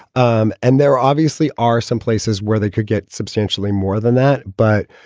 um and there obviously are some places where they could get substantially more than that. but,